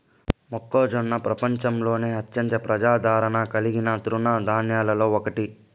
మొక్కజొన్న ప్రపంచంలోనే అత్యంత ప్రజాదారణ కలిగిన తృణ ధాన్యాలలో ఒకటి